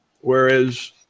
whereas